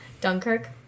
Dunkirk